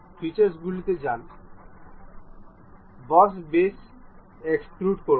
ফিচার্সগুলিতে যান বস বেসকে এক্সট্রুড করুন